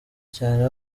cyane